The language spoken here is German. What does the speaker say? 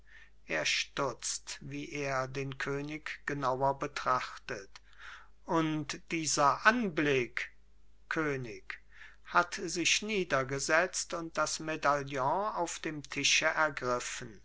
er stutzt wie er den könig genauer betrachtet und dieser anblick könig hat sich niedergesetzt und das medaillon auf dem tische ergriffen